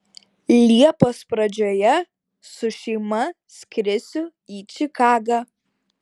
liepos pradžioje su šeima skrisiu į čikagą